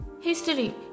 History